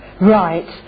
right